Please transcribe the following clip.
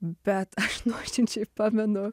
bet aš nuoširdžiai pamenu